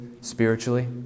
spiritually